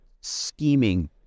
scheming